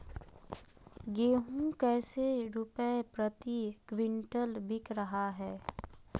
गेंहू कैसे रुपए प्रति क्विंटल बिक रहा है?